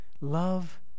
Love